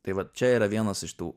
tai vat čia yra vienas iš tų